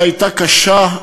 שהייתה קשה,